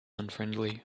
unfriendly